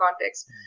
context